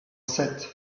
sept